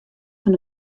fan